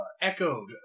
echoed